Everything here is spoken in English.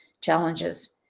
challenges